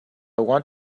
want